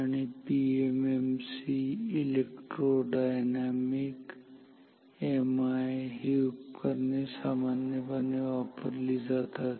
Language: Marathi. आणि पीएमएमसी इलेक्ट्रोडायनामिक एमआय ही उपकरणे सामान्यपणे वापरली जातात